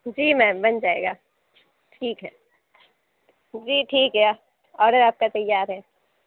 جی میم بن جائے گا ٹھیک ہے جی ٹھیک ہے آڈر آپ کا تیار ہے